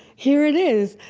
here it is.